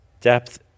depth